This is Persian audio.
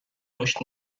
رشد